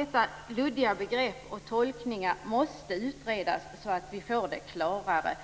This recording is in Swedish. Dessa luddiga begrepp och tolkningar måste utredas så att det blir klarare.